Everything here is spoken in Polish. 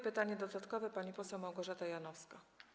Pytanie dodatkowe, pani poseł Małgorzata Janowska.